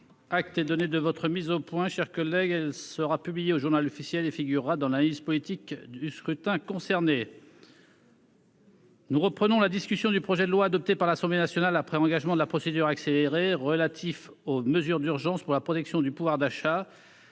vous est donné de votre mise au point, ma chère collègue. Elle sera publiée au et figurera dans l'analyse politique du scrutin. Nous reprenons la discussion du projet de loi, adopté par l'Assemblée nationale après engagement de la procédure accélérée, portant mesures d'urgence pour la protection du pouvoir d'achat.